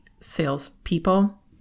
salespeople